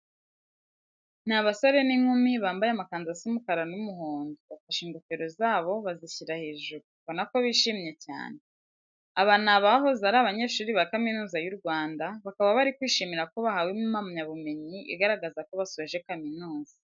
Ni abasore n'inkumi bambaye amakanzu asa umukara n'umuhondo, bafashe ingofero zabo bazishyira hejuru, ubona ko bishimye cyane. Abi ni abahoze ari abanyeshuri ba Kaminuza y'u Rwanda, bakaba bari kwishimira ko bahawe impamyabumenyu igaragaza ko basoje kaminuza.